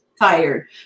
tired